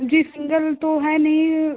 जी single तो है नहीं